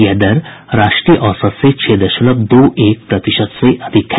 यह दर राष्ट्रीय औसत से छह दशमलव दो एक प्रतिशत से अधिक है